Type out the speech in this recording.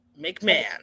McMahon